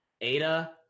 Ada